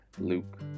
Luke